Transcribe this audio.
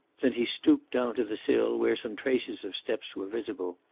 then he stooped down to the sill, where some traces of steps were visible.